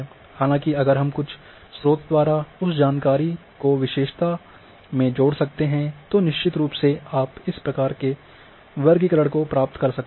हालांकि अगर हम कुछ स्रोत द्वारा उस जानकारी को विशेषता में जोड़ सकते हैं तो निश्चित रूप से आप इस प्रकार के वर्गीकरण को प्राप्त कर सकते हैं